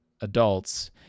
adults